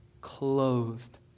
clothed